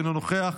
אינו נוכח,